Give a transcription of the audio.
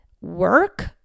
work